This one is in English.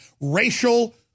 racial